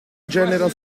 genera